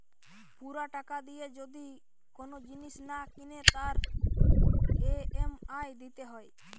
পুরা টাকা দিয়ে যদি কোন জিনিস না কিনে তার ই.এম.আই দিতে হয়